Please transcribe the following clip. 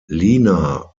lina